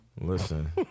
Listen